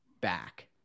back